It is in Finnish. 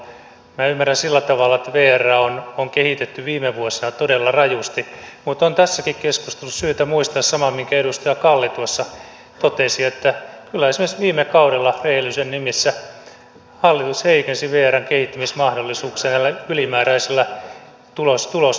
minä ymmärrän sillä tavalla että vrää on kehitetty viime vuosina todella rajusti mutta on tässäkin keskustelussa syytä muistaa sama minkä edustaja kalli tuossa totesi että kyllä esimerkiksi viime kaudella rehellisyyden nimissä hallitus heikensi vrn kehittämismahdollisuuksia näillä ylimääräisillä tulosleikkauksilla